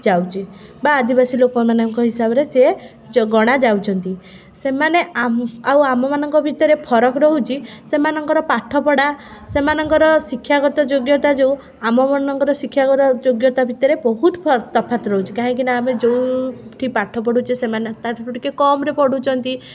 ଯାଉଛି ବା ଆଦିବାସୀ ଲୋକ ମାନଙ୍କ ହିସାବରେ ସେ ଗଣା ଯାଉଛନ୍ତି ସେମାନେ ଆଉ ଆମ ମାନଙ୍କ ଭିତରେ ଫରକ ରହୁଛି ସେମାନଙ୍କର ପାଠପଢ଼ା ସେମାନଙ୍କର ଶିକ୍ଷାଗତ ଯୋଗ୍ୟତା ଯେଉଁ ଆମମାନଙ୍କର ଶିକ୍ଷାଗତ ଯୋଗ୍ୟତା ଭିତରେ ବହୁତ ତଫାତ ରହୁଛି କାହିଁକି ନା ଆମେ ଯେଉଁଠି ପାଠ ପଢ଼ୁଛେ ସେମାନେ ତା'ଠାରୁ ଟିକେ କମରେ ପଢ଼ୁଛନ୍ତି